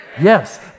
Yes